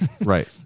Right